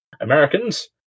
Americans